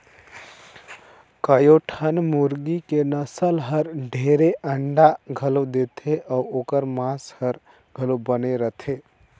कयोठन मुरगी के नसल हर ढेरे अंडा घलो देथे अउ ओखर मांस हर घलो बने रथे